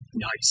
nice